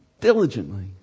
Diligently